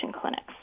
clinics